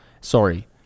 Sorry